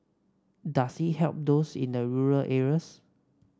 does it help those in the rural areas